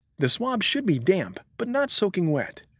the swab should be damp but not soaking wet.